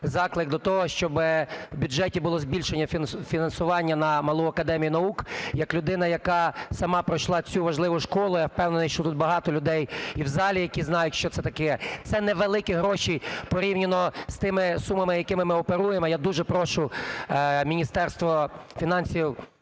заклик до того, щоб у бюджеті було збільшено фінансування на Малу академію наук. Як людина, яка сама пройшла цю важливу школу, я впевнений, що тут багато людей і в залі, які знають, що це таке. Це невеликі гроші порівняно з тими сумами, якими ми оперуємо. Я дуже прошу Міністерство фінансів